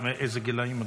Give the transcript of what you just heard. איזה גילים?